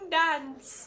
dance